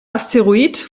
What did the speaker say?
asteroid